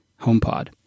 HomePod